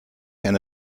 eine